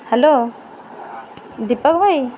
hello Deepak ଭାଇ